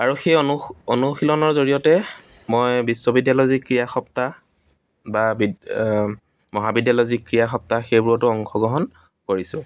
আৰু সেই অনু অনুশীলনৰ জৰিয়তে মই বিশ্ববিদ্যালয়ৰ যি ক্ৰীড়া সপ্তাহ বা বিদ্য়া মহাবিদ্যায়ৰ যি ক্ৰীড়া সপ্তাহ সেইবোৰতো অংশগ্ৰহণ কৰিছোঁ